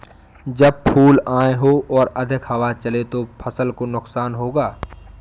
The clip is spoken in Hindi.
जब फूल आए हों और अधिक हवा चले तो फसल को नुकसान होगा?